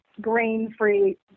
grain-free